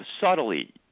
subtly